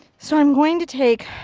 so i'm going to take.